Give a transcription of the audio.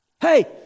hey